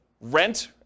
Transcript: rent